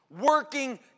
working